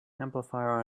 amplifier